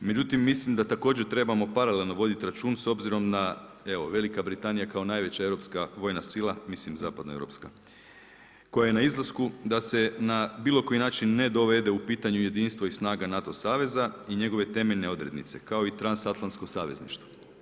Međutim, mislim da također trebamo paralelno voditi računa s obzirom na evo Velika Britanija kao najveća europska vojna sila, mislim zapadno europska koja je na izlasku da se na bilo koji način ne dovede u pitanju jedinstvo i snaga NATO saveza i njegove temeljne odrednice kao i transatlantsko savezništvo.